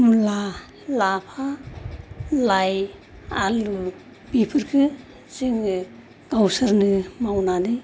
मुला लाफा लाइ आलु बेफोरखो जोङो गावसोरनो मावनानै